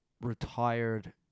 retired